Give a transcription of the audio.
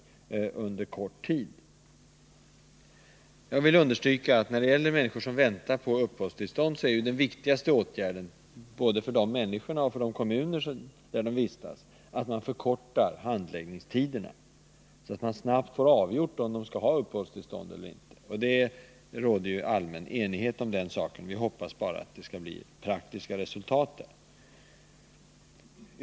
Jag vill understryka att den viktigaste åtgärden när det gäller människor som väntar på uppehållstillstånd — det gäller både för personerna själva och för de kommuner där de vistas — är att handläggningstiderna förkortas, så att det snabbt avgörs om de skall få stanna i Sverige eller inte. Det råder allmän enighet om denna uppfattning. Vi hoppas bara att det också skall kunna uppnås konkreta resultat.